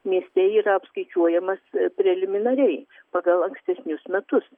mieste yra apskaičiuojamas preliminariai pagal ankstesnius metus